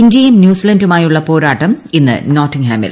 ഇന്ത്യയും ന്യൂസിലന്റുമായുള്ള പോരാട്ടം ഇന്ന് നോട്ടിംഗ്ഹാമിൽ